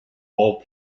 all